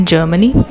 Germany